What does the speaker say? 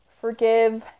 forgive